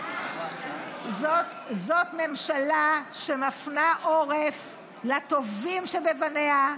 זו ממשלה שמפנה עורף לטובים שבבניה,